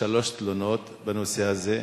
שלוש תלונות בנושא הזה,